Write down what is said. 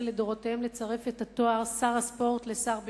לדורותיהן לצרף את התואר שר הספורט לשר בישראל,